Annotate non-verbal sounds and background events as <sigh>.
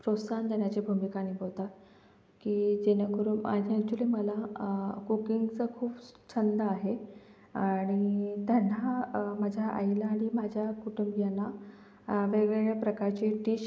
प्रोत्सान देण्याचे भूमिका निभवता की जेणेकरून <unintelligible> अॅक्चुली मला कुकिंगचा खूप छंद आहे आणि त्यांना माझ्या आईला आणि माझ्या कुटुंबीयांना वेगवेगळ्या प्रकारचे डिश